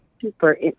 super